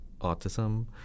autism